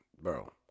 Bro